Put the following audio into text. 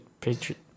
Patriot